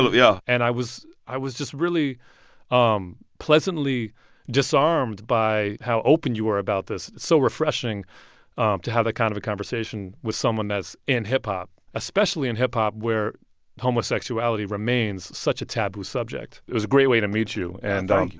ah yeah and i was i was just really um pleasantly disarmed by how open you were about this. so refreshing um to have that kind of a conversation with someone that's in hip-hop, especially in hip-hop, where homosexuality remains such a taboo subject. it was a great way to meet you and thank you.